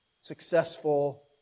successful